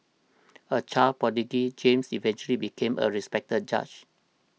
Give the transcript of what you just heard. a child prodigy James eventually became a respected judge